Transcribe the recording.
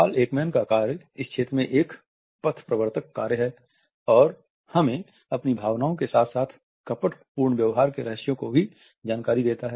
Paul Ekman का कार्य इस क्षेत्र में एक पथ प्रवर्तक कार्य है और यह हमें अपनी भावनाओं के साथ साथ कपटपूर्ण व्यवहार के रहस्यों की भी जानकारी देता है